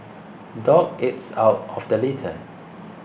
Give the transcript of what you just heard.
dog eats out of the litter